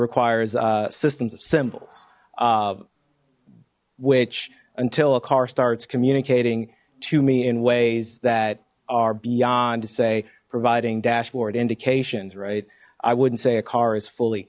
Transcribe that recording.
requires systems of symbols which until a car starts communicating to me in ways that are beyond say providing dashboard indications right i wouldn't say a car is fully